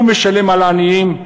הוא משלם על העניים,